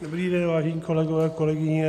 Dobrý den, vážení kolegové, kolegyně.